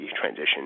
transition